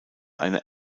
eine